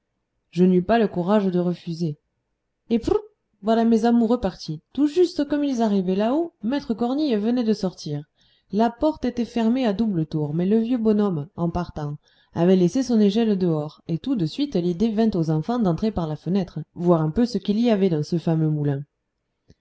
je n'eus pas le courage de refuser et prrrt voilà mes amoureux partis tout juste comme ils arrivaient là-haut maître cornille venait de sortir la porte était fermée à double tour mais le vieux bonhomme en partant avait laissé son échelle dehors et tout de suite l'idée vint aux enfants d'entrer par la fenêtre voir un peu ce qu'il y avait dans ce fameux moulin